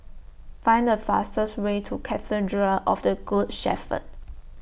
Find The fastest Way to Cathedral of The Good Shepherd